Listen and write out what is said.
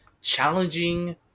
challenging